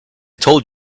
told